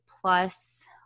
plus